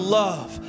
love